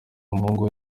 n’umuhungu